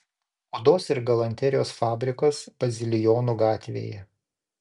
odos ir galanterijos fabrikas bazilijonų gatvėje